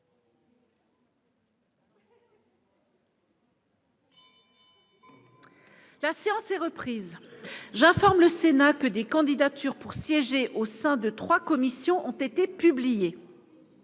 La séance est reprise. J'informe le Sénat que des candidatures pour siéger au sein de trois commissions ont été publiées.